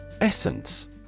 Essence